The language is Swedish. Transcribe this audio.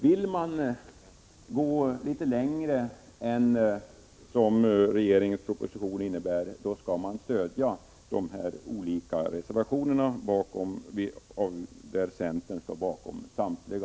Vill man gå litet längre än vad regeringen föreslår i sin proposition, skall man stödja de fyra reservationerna till betänkandet. Centern står bakom samtliga.